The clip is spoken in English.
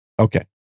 Okay